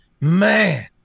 man